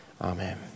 amen